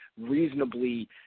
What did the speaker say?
reasonably